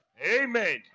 Amen